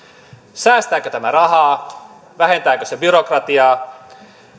säästääkö tämä rahaa vähentääkö se byrokratiaa